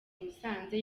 musanze